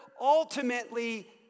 ultimately